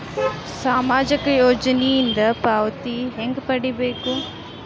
ಸಾಮಾಜಿಕ ಯೋಜನಿಯಿಂದ ಪಾವತಿ ಹೆಂಗ್ ಪಡಿಬೇಕು?